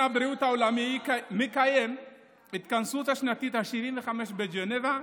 הבריאות העולמי מקיים את ההתכנסות השנתית ה-75 בז'נבה.